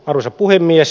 arvoisa puhemies